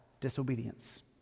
disobedience